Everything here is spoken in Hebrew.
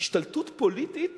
"השתלטות פוליטית